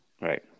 Right